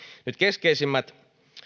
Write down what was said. nyt keskeisimmät